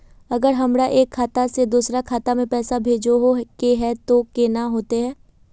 अगर हमरा एक खाता से दोसर खाता में पैसा भेजोहो के है तो केना होते है?